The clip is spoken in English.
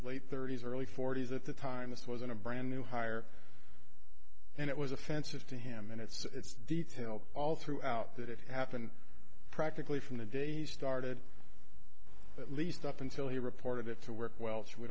late thirty's early forty's at the time this wasn't a brand new hire and it was offensive to him in its detail all throughout that it happened practically from the day he started at least up until he reported it to work well